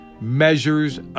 measures